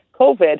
COVID